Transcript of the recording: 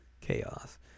chaos